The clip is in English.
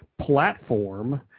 platform